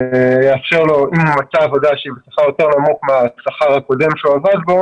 שיאפשר לו אם הוא מצא עבודה בשכר נמוך יותר מהשכר הקודם בו הוא עבד,